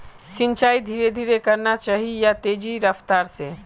सिंचाई धीरे धीरे करना चही या तेज रफ्तार से?